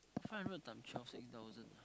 five hundred times twelve six thousand